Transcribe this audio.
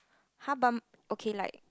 !huh! but okay like